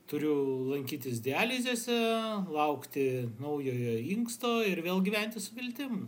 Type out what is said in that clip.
turiu lankytis dializėse laukti naujojo inksto ir vėl gyventi su viltim